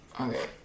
Okay